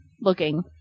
looking